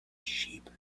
sheep